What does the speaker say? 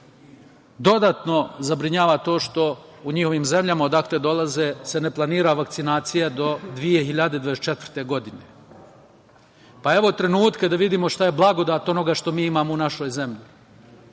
dodatno zabrinjava što u njihovim zemljama odakle dolaze se ne planira vakcinacija do 2024. godine. Evo trenutka da vidimo šta je blagodat onoga što mi imamo u našoj zemlji,